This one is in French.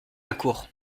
accourt